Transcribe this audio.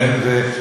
כן.